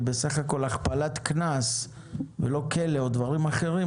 בסך הכול הכפלת קנס ולא כלא או דברים אחרים,